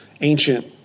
ancient